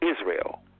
Israel